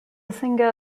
singer